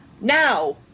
now